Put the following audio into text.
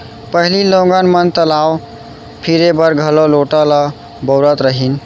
पहिली लोगन मन तलाव फिरे बर घलौ लोटा ल बउरत रहिन